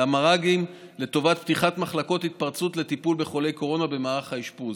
למר"גים לטובת פתיחת מחלקות התפרצות לטיפול בחולי קורונה במערך האשפוז.